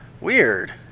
Weird